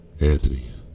Anthony